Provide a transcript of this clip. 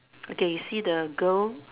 okay you see the girl